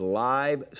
live